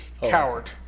Coward